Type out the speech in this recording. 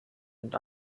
und